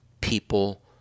people